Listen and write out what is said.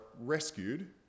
rescued